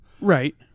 Right